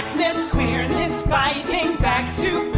this. year. fighting back to